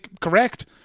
Correct